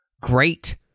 great